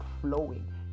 flowing